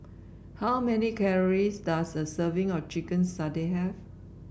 how many calories does a serving of Chicken Satay have